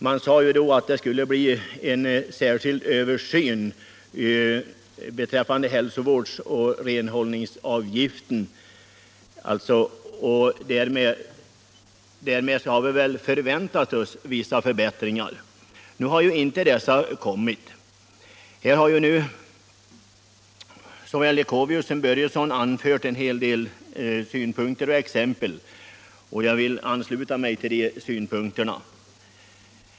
Man sade att det skulle bli en översyn beträffande hälsovårdsoch renhållningsavgiften. Därmed har vi väl förväntat oss vissa förbättringar. Nu har dessa inte kommit. Här har såväl herr Leuchovius som herr Börjesson i Falköping givit exempel och anfört en hel del synpunkter, och jag vill ansluta mig till de synpunkterna.